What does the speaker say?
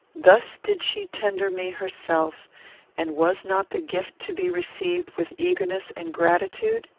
thus did she tender me herself and was not the gift to be received with eagerness and gratitude?